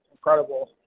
Incredible